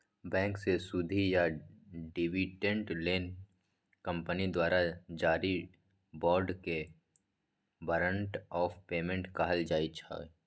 बैंकसँ सुदि या डिबीडेंड लेल कंपनी द्वारा जारी बाँडकेँ बारंट आफ पेमेंट कहल जाइ छै